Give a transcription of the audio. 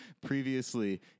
previously